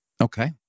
Okay